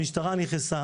המשטרה נכנס.